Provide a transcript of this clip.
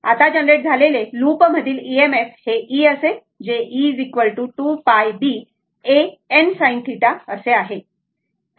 म्हणून आता जनरेट झालेले लूप मधील EMF हे e असेल जे e 2 π B A n sin θ असे आहे बरोबर